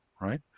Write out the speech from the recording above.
right